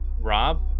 Rob